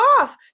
off